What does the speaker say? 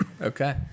Okay